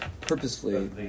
Purposefully